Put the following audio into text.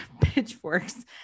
pitchforks